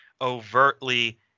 overtly